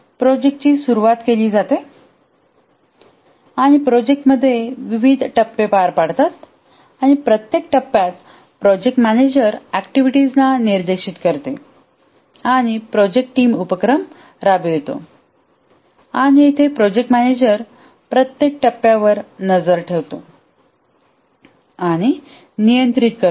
प्रोजेक्टची सुरुवात केली जाते आणि प्रोजेक्ट मध्ये विविध टप्पे पार पडतात आणि प्रत्येक टप्प्यात प्रोजेक्ट मॅनेजर प्रोजेक्ट ऍक्टिव्हिटीजना निर्देशित करते आणि प्रोजेक्ट टीम उपक्रम राबवितो आणि येथे प्रोजेक्ट मॅनेजर प्रत्येक टप्प्यावर नजर ठेवतो आणि नियंत्रित करतो